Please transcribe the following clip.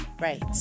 right